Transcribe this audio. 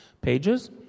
pages